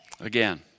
again